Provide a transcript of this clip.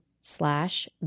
slash